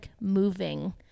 moving